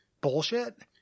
bullshit